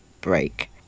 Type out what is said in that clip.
break